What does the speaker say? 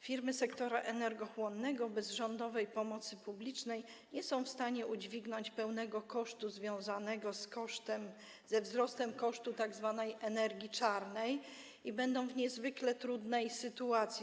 Firmy sektora energochłonnego bez rządowej pomocy publicznej nie są w stanie udźwignąć pełnego kosztu związanego ze wzrostem kosztu tzw. energii czarnej i będą w niezwykle trudnej sytuacji.